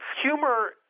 humor